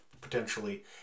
potentially